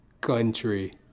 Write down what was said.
country